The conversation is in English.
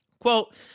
Quote